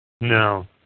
No